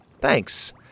Thanks